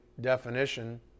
definition